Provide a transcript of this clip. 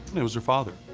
it was her father.